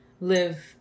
live